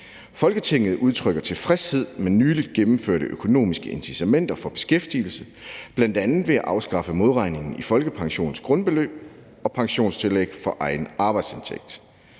Folketinget udtrykker tilfredshed med nylig gennemførte økonomiske incitamenter for beskæftigelse, bl.a. ved at afskaffe modregningen i folkepensionens grundbeløb og pensionstillæg for egen arbejdsindtægt,